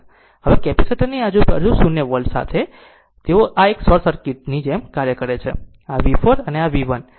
હવે કેપેસિટર ની આજુબાજુ 0 વોલ્ટ સાથે તેઓ આ એક શોર્ટ સર્કિટ ની જેમ કાર્ય કરે છે આ V 4 અને V 1